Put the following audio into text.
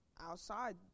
outside